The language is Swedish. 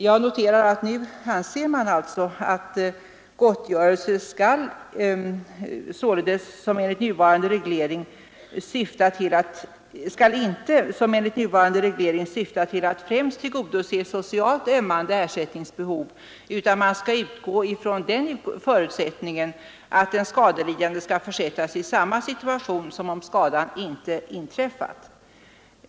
Jag noterar att man nu säger att gottgörelsen ”skall således inte som enligt nuvarande reglering syfta till att främst tillgodose socialt ömmande ersättningsbehov”, utan man skall utgå från den förutsättningen, att den skadelidande skall försättas i samma situation som om skadan inte inträffat.